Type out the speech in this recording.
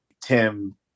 tim